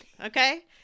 Okay